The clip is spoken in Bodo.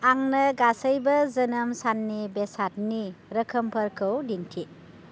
आंनो गासैबो जोनोम साननि बेसादनि रोखोमफोरखौ दिन्थि